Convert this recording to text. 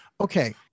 okay